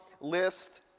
list